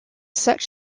such